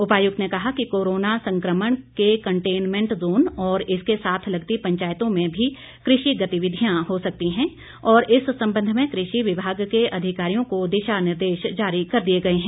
उपायुक्त ने कहा कि कोरोना संक्रमण के कंटेनमेंट जोन और इस के साथ लगती पंचायतों में भी कृषि गतिविधियां हो सकती है और इस संबंध में कृषि विभाग के अधिकारियों को दिशा निर्देश जारी कर दिए गए है